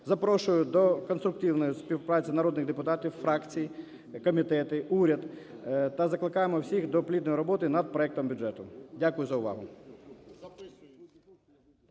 Запрошую до конструктивної співпраці народних депутатів, фракції, комітети, уряд, та закликаємо всіх до плідної роботи над проектом бюджету. Дякую за увагу.